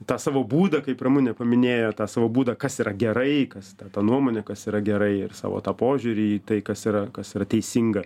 tą savo būdą kaip ramunė paminėjo tą savo būdą kas yra gerai kas tą nuomonę kas yra gerai ir savo tą požiūrį į tai kas yra kas yra teisinga